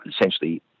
essentially